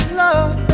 love